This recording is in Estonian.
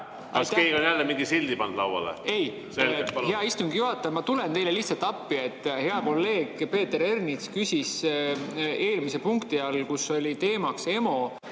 keegi on jälle mingi sildi pannud lauale? Ei. Hea istungi juhataja! Ma tulen teile lihtsalt appi. Hea kolleeg Peeter Ernits küsis eelmise punkti all, kus teema oli